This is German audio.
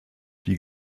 die